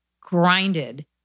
grinded